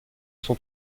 son